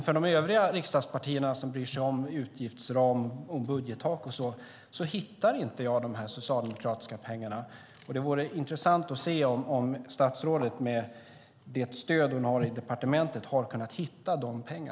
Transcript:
För de övriga riksdagspartierna, som bryr sig om utgiftsram och budgettak och så, hittar jag dock inte de socialdemokratiska pengarna. Det vore intressant att se om statsrådet med det stöd hon har i departementet har kunnat hitta dem.